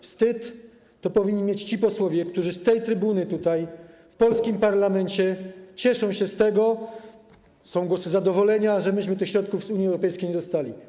Wstyd, to powinni odczuwać ci posłowie, którzy na tej trybunie, tutaj, w polskim parlamencie cieszą się z tego, bo są głosy zadowolenia, że my tych środków z Unii Europejskiej nie dostaliśmy.